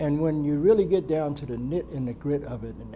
and when you really get down to the nit in the